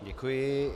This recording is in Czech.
Děkuji.